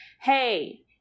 hey